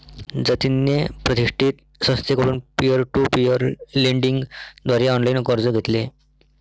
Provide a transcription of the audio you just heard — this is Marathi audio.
जतिनने प्रतिष्ठित संस्थेकडून पीअर टू पीअर लेंडिंग द्वारे ऑनलाइन कर्ज घेतले